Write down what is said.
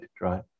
right